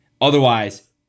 Otherwise